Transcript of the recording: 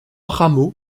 rameau